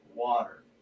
water